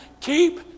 keep